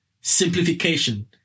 simplification